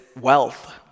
wealth